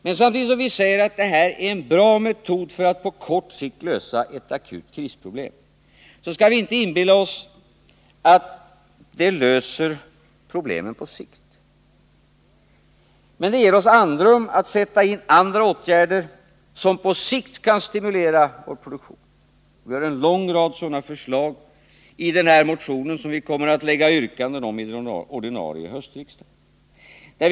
Men samtidigt som vi säger att den metod vi föreslår är bra för att på kort sikt lösa ett akut krisproblem, så skall vi inte inbilla oss att den löser problemen på sikt. Det ger oss emellertid andrum att sätta in andra åtgärder som på sikt skall stimulera vår produktion. Vi har en lång rad sådana förslag i den här motionen som vi kommer att framställa yrkanden om vid den ordinarie riksdagen i höst.